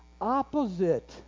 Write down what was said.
opposite